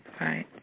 Right